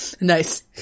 Nice